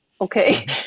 Okay